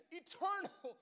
eternal